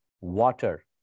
water